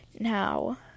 now